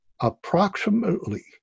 approximately